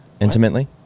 Intimately